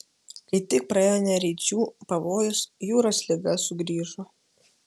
kai tik praėjo nereidžių pavojus jūros liga sugrįžo